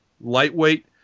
lightweight